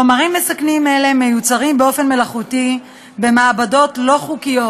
חומרים מסכנים אלה מיוצרים באופן מלאכותי במעבדות לא חוקיות,